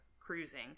cruising